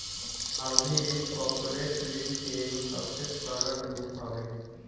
सावधि ऋण कॉर्पोरेट ऋण के एगो सबसे सरल रूप हवे